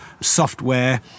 software